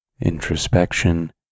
introspection